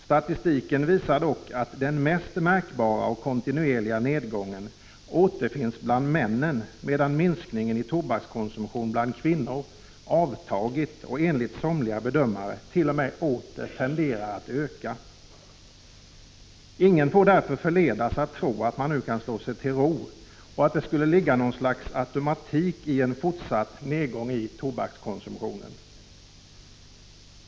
Statistiken visar dock att den mest märkbara och kontinuerliga nedgången återfinns bland männen, medan minskningen i tobakskonsumtion bland kvinnor avtagit och enligt somliga bedömare t.o.m. tenderar att öka. Ingen får därför förledas att tro att man nu kan slå sig till ro och att det skulle ligga något slags automatik i en fortsatt nedgång i tobakskonsumtionen.